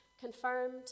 confirmed